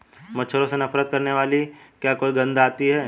मच्छरों से नफरत करने वाली क्या कोई गंध आती है?